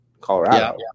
Colorado